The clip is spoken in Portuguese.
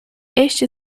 este